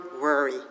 worry